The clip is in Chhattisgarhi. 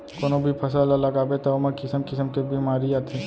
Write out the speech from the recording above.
कोनो भी फसल ल लगाबे त ओमा किसम किसम के बेमारी आथे